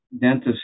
dentist